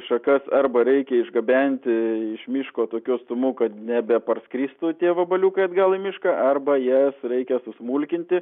šakas arba reikia išgabenti iš miško tokiu atstumu kad nebeparskristų tie vabaliukai atgal į mišką arba jas reikia susmulkinti